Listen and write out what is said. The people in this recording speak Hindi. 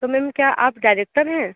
तो मैम क्या आप डायरेक्टर है